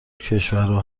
کشورها